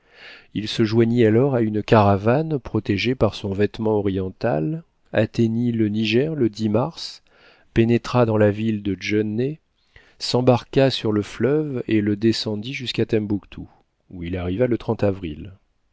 il se joignit alors à une caravane protégé par son vêtement oriental atteignit le niger le mars pénétra dans la ville de jenné s'embarqua sur le fleuve et le descendit jusqu'à tembouctou où il arriva le avril